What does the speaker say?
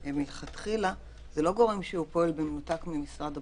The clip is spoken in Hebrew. מלכתחילה זה לא גורם שפועל במנותק ממשרד הבריאות.